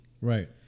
Right